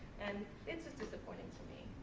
and it's just disappointing to me.